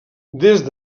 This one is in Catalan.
des